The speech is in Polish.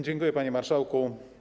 Dziękuję, panie marszałku.